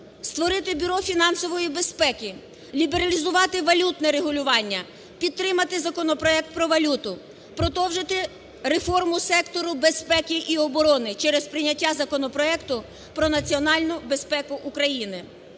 створити Бюро фінансової безпеки, лібералізувати валютне регулювання, підтримати законопроект про валюту, продовжити реформу сектору безпеки і оборони через прийняття законопроекту про національну безпеку України.